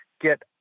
get